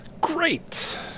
Great